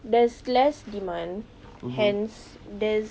there's less demand hence there's